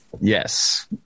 Yes